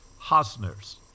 Hosner's